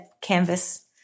canvas